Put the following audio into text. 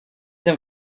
them